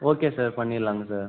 okay sir பண்ணிடலாங்க sir